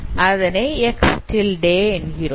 அதனை X tilde என்கிறோம்